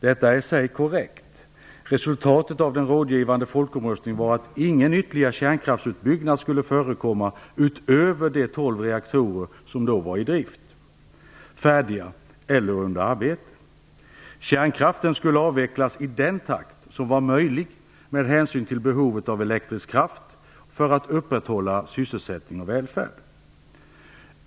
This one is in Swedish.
Detta är i sig korrekt. Resultatet av den rådgivande folkomröstningen var att ingen ytterligare kärnkraftsutbyggnad skulle förekomma utöver de tolv reaktorer som då var i drift, färdiga eller under arbete. Kärnkraften skulle avvecklas i den takt som var möjlig med hänsyn till behovet av elektrisk kraft för att upprätthålla sysselsättning och välfärd.